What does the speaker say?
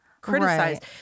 criticized